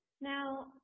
Now